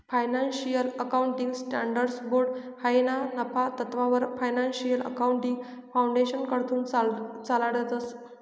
financial accounting standards board हायी ना नफा तत्ववर फायनान्शियल अकाउंटिंग फाउंडेशनकडथून चालाडतंस